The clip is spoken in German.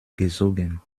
gezogen